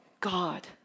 God